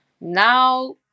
now